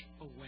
away